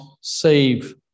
save